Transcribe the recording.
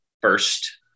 first